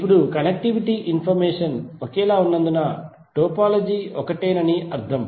ఇప్పుడు connectivity information ఒకేలా ఉన్నందున టోపోలాజీ ఒకటేనని అర్థం